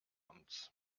uns